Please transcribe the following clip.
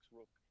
Rook